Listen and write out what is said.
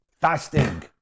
fasting